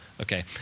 okay